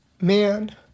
man